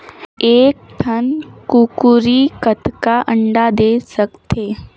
एक ठन कूकरी कतका अंडा दे सकथे?